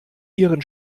ihren